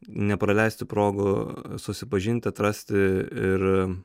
nepraleisti progų susipažinti atrasti ir